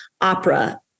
opera